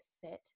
sit